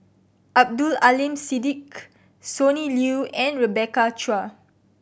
Abdul Aleem Siddique Sonny Liew and Rebecca Chua